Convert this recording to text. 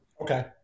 Okay